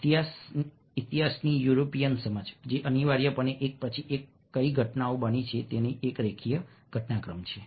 ઈતિહાસ ઈતિહાસની યુરોપીયન સમજ જે અનિવાર્યપણે એક પછી એક કઈ ઘટનાઓ બની તેની એક રેખીય ઘટનાક્રમ છે